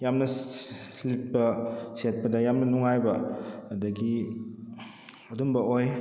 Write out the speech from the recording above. ꯌꯥꯝꯅ ꯂꯤꯠꯄ ꯁꯦꯠꯄꯗ ꯌꯥꯝꯅ ꯅꯨꯉꯥꯏꯕ ꯑꯗꯨꯗꯒꯤ ꯑꯗꯨꯝꯕ ꯑꯣꯏ